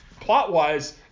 plot-wise